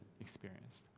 experienced